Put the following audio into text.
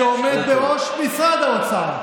שעומד בראש משרד האוצר.